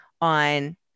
on